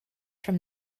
from